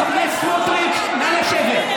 חבר הכנסת סמוטריץ', נא לשבת.